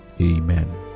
Amen